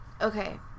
Okay